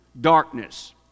darkness